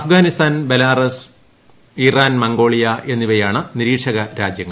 Afghanistan Belarus Iran Mongolia എന്നിവയാണ് നിരീക്ഷക രാജ്യങ്ങൾ